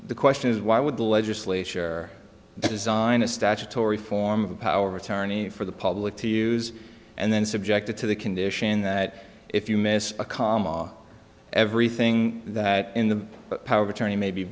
the question is why would the legislature design a statutory form of a power of attorney for the public to use and then subjected to the condition that if you miss a comma everything that in the power of attorney may be